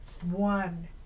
One